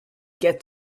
get